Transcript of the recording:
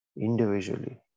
Individually